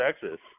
Texas